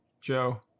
joe